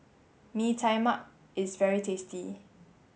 Mee Tai Mak is very tasty